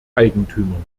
eigentümern